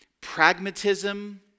pragmatism